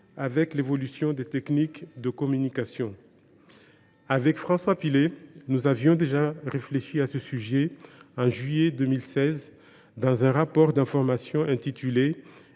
avec l’évolution des techniques de communication. Avec François Pillet, nous avions déjà réfléchi sur ce sujet, en juillet 2016, dans un rapport d’information intitulé.